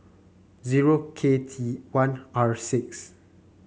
zero K T one R six